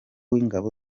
w’ingabo